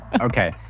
Okay